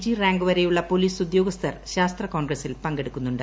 G rank വരെയുള്ള police ഉദ്യോഗസ്ഥർ ശാസ്ത്ര കോൺഗ്രസിൽ പങ്കെടുക്കുന്നുണ്ട്